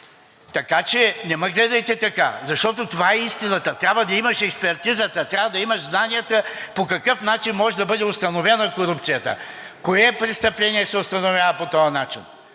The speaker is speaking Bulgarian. Така че не ме гледайте така, защото това е истината. Трябва да имаш експертизата, трябва да имаш знанията по какъв начин може да бъде установена корупцията. Кое престъпление се установява по този начин?